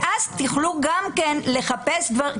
ואז תוכלו גם כן לחפש כבר,